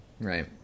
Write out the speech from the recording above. Right